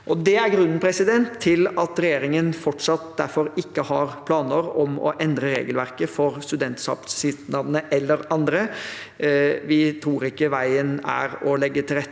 Det er grunnen til at regjeringen fortsatt ikke har planer om å endre regelverket for studentsamskipnader eller andre. Vi tror ikke veien er å legge til rette